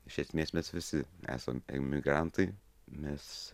iš esmės mes visi esam emigrantai mes